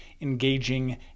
engaging